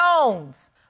Jones